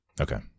Okay